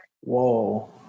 Whoa